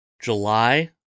July